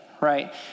right